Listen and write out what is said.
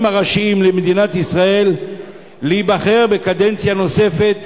הראשיים למדינת ישראל להיבחר לקדנציה נוספת,